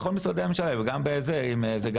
בכל משרדי הממשלה היו קיצוצים,